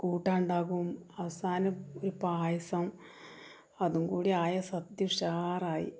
കൂട്ടാനുണ്ടാകും അവസാനം ഈ പായസം അതുങ്കൂടി ആയാല് സദ്യ ഉഷാറായി